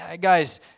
guys